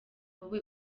wowe